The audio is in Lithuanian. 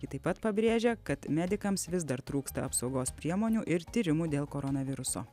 ji taip pat pabrėžia kad medikams vis dar trūksta apsaugos priemonių ir tyrimų dėl koronaviruso